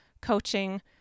coaching